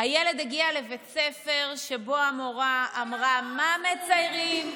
הילד הגיע לבית ספר שבו המורה אמרה מה מציירים,